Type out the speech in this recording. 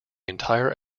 entire